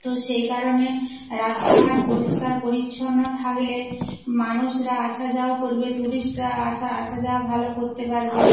তো সেই কারণে রাস্তাঘাট পরিষ্কার পরিচ্ছন্ন থাকলে মানুষরা আসা যাওয়া করবে টুরিস্টরা আসা যাওয়া ভালো করতে পারবে